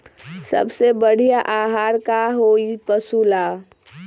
सबसे बढ़िया आहार का होई पशु ला?